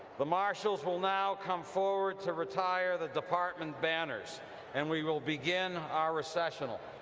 the marshals will now come forward to retire the department banners and we will begin our recessional.